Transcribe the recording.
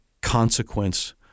consequence